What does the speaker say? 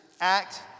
act